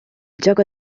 gioco